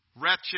wretched